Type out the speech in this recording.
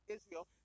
Israel